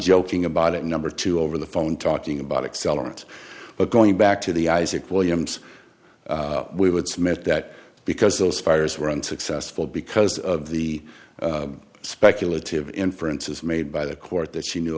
joking about it number two over the phone talking about accelerant but going back to the isaac williams we would submit that because those fires were unsuccessful because of the speculative inferences made by the court that she knew